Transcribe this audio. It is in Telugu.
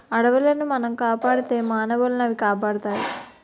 అడవులను మనం కాపాడితే మానవులనవి కాపాడుతాయి